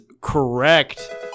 correct